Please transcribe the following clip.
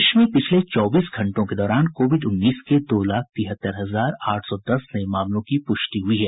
देश में पिछले चौबीस घंटों के दौरान कोविड उन्नीस के दो लाख तिहत्तर हजार आठ सौ दस नये मामलों की पुष्टि हुई है